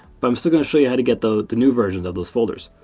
but i'm still going to show you how to get the the new version of those folders.